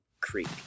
Creek